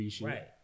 Right